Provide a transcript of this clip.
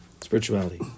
Spirituality